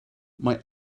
mae